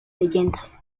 leyendas